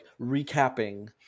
recapping